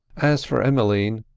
as for emmeline,